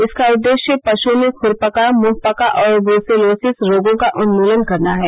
इसका उदेश्य पशुओं में खुरपका मुंहपका और ब्रूसेलोसिस रोगों का उन्मूलन करना है